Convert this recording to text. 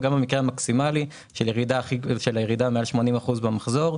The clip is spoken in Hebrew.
גם במקרה המקסימלי של הירידה מעל 80 אחוזים במחזור.